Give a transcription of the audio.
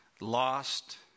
lost